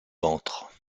ventre